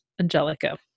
Angelica